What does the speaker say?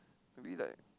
maybe like